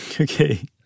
Okay